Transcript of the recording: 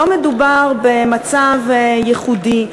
לא מדובר במצב ייחודי.